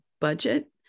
budget